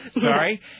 Sorry